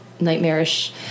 nightmarish